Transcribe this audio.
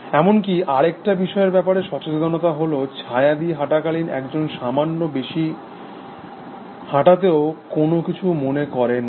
এমনকি আর একটা বিষয়ের ব্যাপারে সচেতনতা হল ছায়া দিয়ে হাঁটাকালীন একজন সামান্য বেশি হাঁটাতেও কোনো কিছু মনে করে না